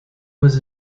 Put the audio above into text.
was